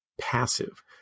passive